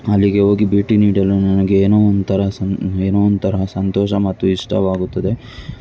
ಅಲ್ಲಿಗೆ ಹೋಗಿ ಭೇಟಿ ನೀಡಲು ನನಗೆ ಏನೋ ಒಂಥರಾ ಸಂ ಏನೋ ಒಂಥರಾ ಸಂತೋಷ ಮತ್ತು ಇಷ್ಟವಾಗುತ್ತದೆ